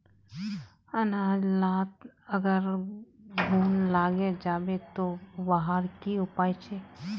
अनाज लात अगर घुन लागे जाबे ते वहार की उपाय छे?